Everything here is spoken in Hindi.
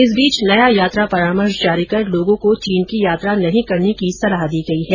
इस बीच नया यात्रा परामर्श जारी कर लोगों को चीन की यात्रा नहीं करने की सलाह दी गई है